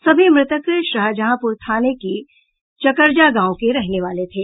सभी मृतक शाहजहांपुर थाने के चकरजा गांव के रहने वाले थे